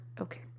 Okay